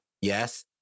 yes